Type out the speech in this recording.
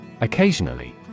Occasionally